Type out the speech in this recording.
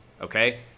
okay